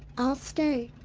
i'll stay.